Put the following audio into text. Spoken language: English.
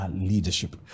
leadership